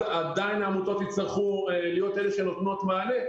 אז עדיין העמותות יצטרכו להיות אלה שנותנות מענה.